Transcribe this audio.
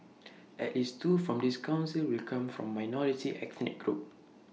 at least two from this Council will come from minority ethnic groups